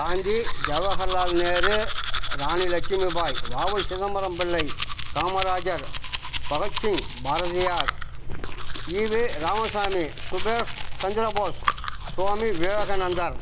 காந்தி ஜவஹர்லால் நேரு ராணி லட்சுமிபாய் வ உ சிதம்பரம் பிள்ளை காமராஜர் பகத்சிங் பாரதியார் ஈவி ராமசாமி சுபாஷ் சந்திரபோஸ் சுவாமி விவேகானந்தர்